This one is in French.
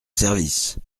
service